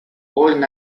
all